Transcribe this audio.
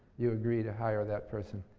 you agree to hire that person.